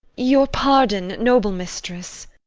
your pardon, noble mistress.